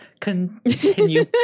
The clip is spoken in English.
Continue